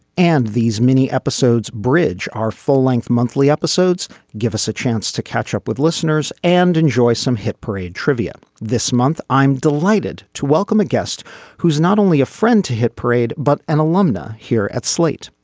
and these mini episodes bridge our full length monthly episodes give us a chance to catch up with listeners and enjoy some hit parade trivia this month. i'm delighted to welcome a guest who is not only a friend to hit parade but an alumna here at slate.